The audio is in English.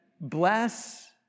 bless